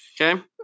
Okay